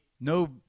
no